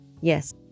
Yes